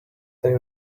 they